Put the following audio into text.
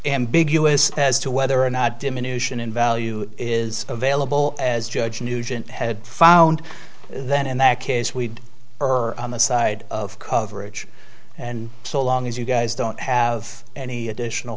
ambiguous as to whether or not diminution in value is available as judge nugent had found then in that case we are on the side of coverage and so long as you guys don't have any additional